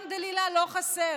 אלחמדולילה, לא חסר.